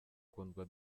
kundwa